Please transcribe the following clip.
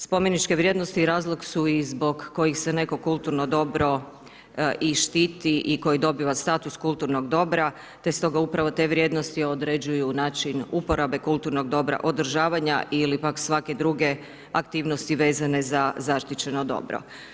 Spomeničke vrijednosti razlog su i zbog kojih se neko kulturno dobro i štiti i koje dobiva status kulturnog dobra te stoga upravo te vrijednosti određuju način uporabe kulturnog dobra, održavanja ili pak svake druge aktivnosti vezane za zaštićeno dobro.